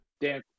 Dan